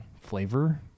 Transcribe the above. flavor